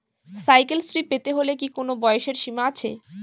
Cycle শ্রী পেতে হলে কি কোনো বয়সের সীমা আছে?